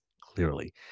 clearly